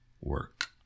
work